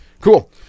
Cool